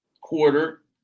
quarter